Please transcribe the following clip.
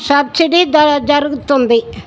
subsidy ద జరుగుతుంది